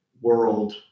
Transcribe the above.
world